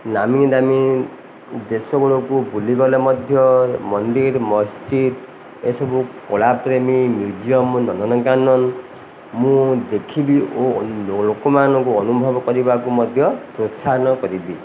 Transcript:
ନାମି ଦାମୀ ଦେଶଗୁଡ଼ାକୁ ବୁଲିଗଲେ ମଧ୍ୟ ମନ୍ଦିର୍ ମସଜିଦ୍ ଏସବୁ କଳାପ୍ରେମୀ ମ୍ୟୁଜିୟମ୍ ନନ୍ଦନକାନନ ମୁଁ ଦେଖିବି ଓ ଲୋକମାନଙ୍କୁ ଅନୁଭବ କରିବାକୁ ମଧ୍ୟ ପ୍ରୋତ୍ସାହନ କରିବି